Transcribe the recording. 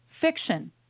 fiction